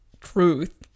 truth